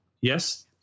Yes